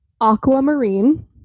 Aquamarine